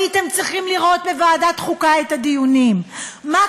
הייתם צריכים לראות את הדיונים בוועדת חוקה,